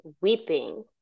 weeping